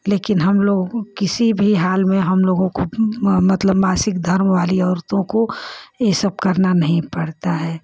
लेकिन हम लोगों को किसी भी हाल में हम लोगों को मतलब मासिक धर्म वाली औरतों को ये सब करना नहीं पड़ता है